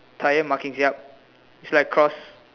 tyre markings yup it's like cross